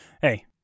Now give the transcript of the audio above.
hey